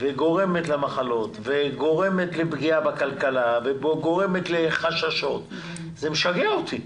וגורמת למחלות וגורמת לפגיעה בכלכלה וגורמת לחששות זה משגע אותי.